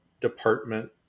department